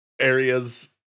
areas